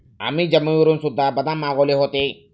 आम्ही जम्मूवरून सुद्धा बदाम मागवले होते